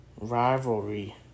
Rivalry